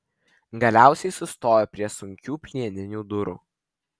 galiausiai sustojo prie sunkių plieninių durų